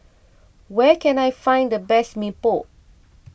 where can I find the best Mee Pok